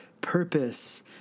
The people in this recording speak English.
purpose